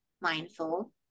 mindful